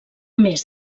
més